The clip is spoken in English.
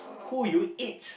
who would you eat